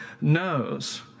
knows